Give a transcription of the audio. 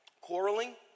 Quarreling